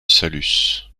saluces